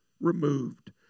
removed